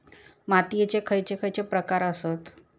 मातीयेचे खैचे खैचे प्रकार आसत?